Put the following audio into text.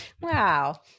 wow